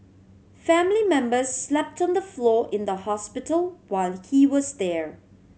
family member slept on the floor in the hospital while he was there